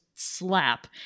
slap